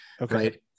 Okay